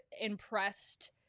impressed